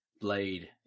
blade